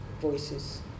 voices